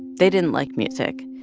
they didn't like music.